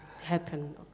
happen